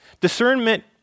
Discernment